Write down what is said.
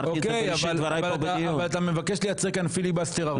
אבל אתה מבקש לייצג כאן פיליבסטר.